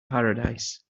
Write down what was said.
paradise